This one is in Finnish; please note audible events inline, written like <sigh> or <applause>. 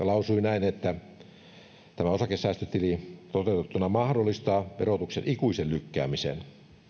<unintelligible> lausui näin että tämä osakesäästötili toteutettuna mahdollistaa verotuksen ikuisen lykkäämisen